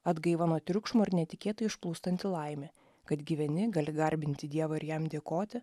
atgaiva nuo triukšmo ir netikėtai užplūstanti laimė kad gyveni gali garbinti dievą ir jam dėkoti